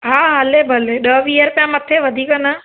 हा हले भले ॾह वीह रुपिया मथे वधीक न